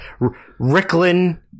Ricklin